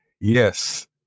Yes